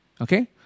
Okay